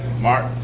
Mark